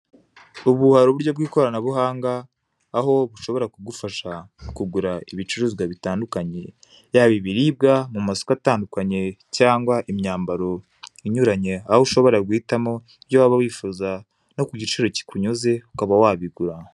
Ubu hari uburyo bw'ikoranabuhanga aho bushobora kugufasha kugura ibicuruzwa bitandukanye, yaba ibiribwa mu masoko atandukanye cyangwa imyambaro inyuranye, aho ushobora guhitamo ibyo waba wifuza no ku giciro kikunyuze ukaba wabigura.